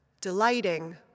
Delighting